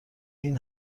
این